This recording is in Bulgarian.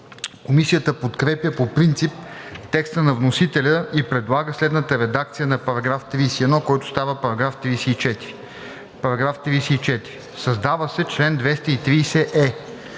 Комисията подкрепя по принцип текста на вносителя и предлага следната редакция на § 31, който става § 34: § 34. Създава се чл. 230е: